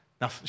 now